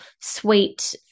sweet